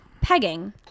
Pegging